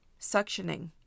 suctioning